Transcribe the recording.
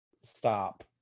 Stop